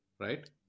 right